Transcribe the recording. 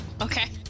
Okay